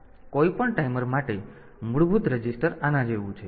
તેથી કોઈપણ ટાઈમર માટે મૂળભૂત રજીસ્ટર આના જેવું છે